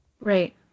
Right